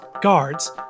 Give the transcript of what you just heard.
guards